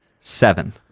seven